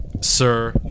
Sir